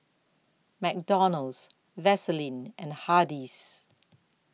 McDonald's Vaseline and Hardy's